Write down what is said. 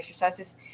exercises